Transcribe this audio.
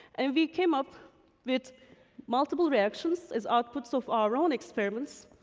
and we came up with multiple reactions as outputs of our own experiments,